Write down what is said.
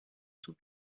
tout